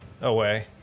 away